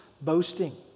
boasting